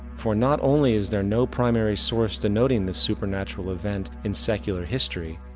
for not only is there no primary source denoting this supernatural event in secular history,